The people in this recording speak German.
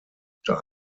unter